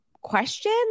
question